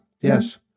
yes